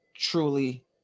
truly